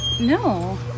No